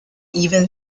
even